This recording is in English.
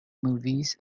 movies